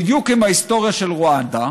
בדיוק עם ההיסטוריה של רואנדה,